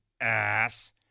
ass